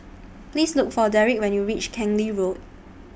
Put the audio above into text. Please Look For Derrick when YOU REACH Keng Lee Road